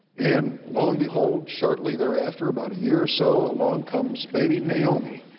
and lo and behold shortly thereafter, about a year or so, along comes baby naomi,